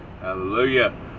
Hallelujah